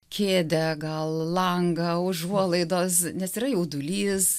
kėdę gal langą užuolaidos nes yra jaudulys